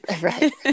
right